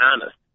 honest